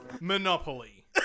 Monopoly